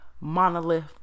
monolith